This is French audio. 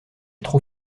trop